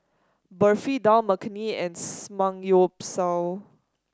Barfi Dal Makhani and Samgyeopsal